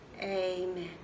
amen